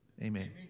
Amen